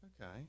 okay